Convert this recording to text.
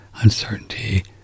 uncertainty